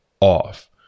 off